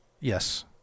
Yes